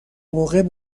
موقع